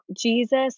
Jesus